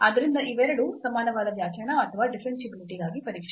ಆದ್ದರಿಂದ ಇವೆರಡೂ ಸಮಾನವಾದ ವ್ಯಾಖ್ಯಾನ ಅಥವಾ ಡಿಫರೆನ್ಷಿಯಾಬಿಲಿಟಿ ಗಾಗಿ ಪರೀಕ್ಷೆ